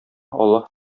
аллаһы